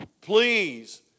please